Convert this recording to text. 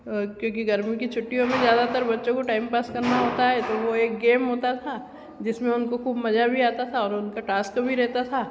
क्योंकि गर्मी की छुट्टियों में ज़्यादातर बच्चों को टाइम पास करना होता है तो वो एक गेम होता था जिसमें वो उनको खूब मज़ा भी आता था और उनका टास्क भी रहता था